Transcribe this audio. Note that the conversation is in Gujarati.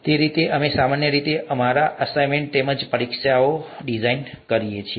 તે રીતે અમે સામાન્ય રીતે અમારા અસાઇનમેન્ટ તેમજ પરીક્ષાઓ ડિઝાઇન કરીએ છીએ